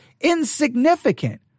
insignificant